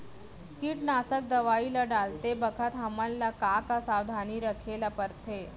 कीटनाशक दवई ल डालते बखत हमन ल का का सावधानी रखें ल पड़थे?